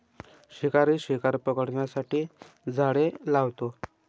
शिकारी शिकार पकडण्यासाठी जाळे लावतो